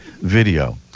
video